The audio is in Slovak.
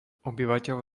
obyvateľ